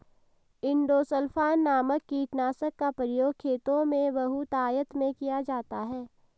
endosulfan नामक कीटनाशक का प्रयोग खेतों में बहुतायत में किया जाता है